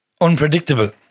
unpredictable